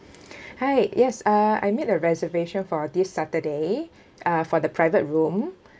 hi yes uh I made a reservation for this saturday uh for the private room